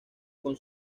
con